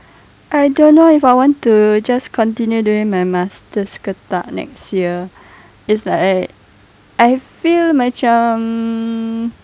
I don't know if I want to just continue doing my masters ke tak next year is like I I feel macam